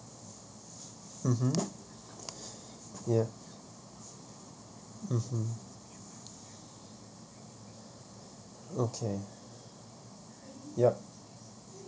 mmhmm ya mmhmm okay yup